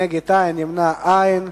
נגד, אין, נמנעים, אין.